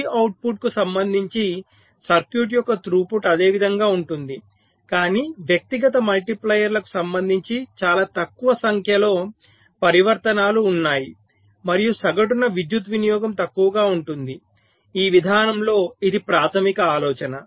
తుది అవుట్పుట్కు సంబంధించి సర్క్యూట్ యొక్క తృపుట్ అదే విధంగా ఉంటుంది కానీ వ్యక్తిగత మల్టిప్లైయర్లకు సంబంధించి చాలా తక్కువ సంఖ్యలో పరివర్తనాలు ఉన్నాయి మరియు సగటున విద్యుత్ వినియోగం తక్కువగా ఉంటుంది ఈ విధానంలో ఇది ప్రాథమిక ఆలోచన